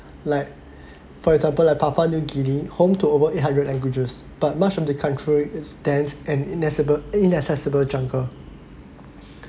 like for example like papua new guinea home to over eight hundred languages but much of the country is dense and inaccessible jungle